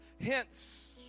Hence